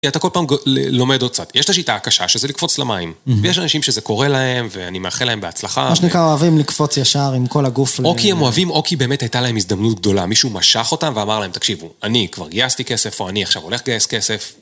כי אתה כל פעם לומד עוד קצת, יש את השיטה הקשה שזה לקפוץ למים ויש אנשים שזה קורה להם ואני מאחל להם בהצלחה מה שנקרא אוהבים לקפוץ ישר עם כל הגוף או כי הם אוהבים או כי באמת הייתה להם הזדמנות גדולה מישהו משך אותם ואמר להם תקשיבו אני כבר גייסתי כסף או אני עכשיו הולך לגייס כסף